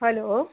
hello